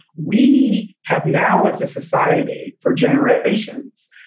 we have now, as a society for generations,